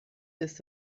ist